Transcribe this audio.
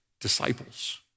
disciples